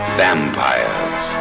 vampires